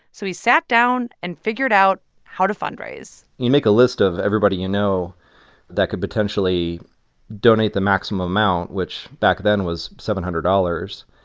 so he sat down and figured out how to fundraise you make a list of everybody you know that could potentially donate the maximum amount, which back then was seven hundred dollars.